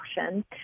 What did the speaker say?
Action